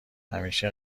همیشه